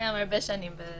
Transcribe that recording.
קיים הרבה שנים.